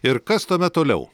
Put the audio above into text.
ir kas tuomet toliau